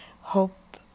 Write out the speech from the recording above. hope